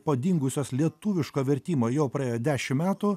po dungusios lietuviško vertimo jau praėjo dešim metų